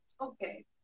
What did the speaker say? Okay